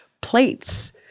plates